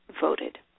voted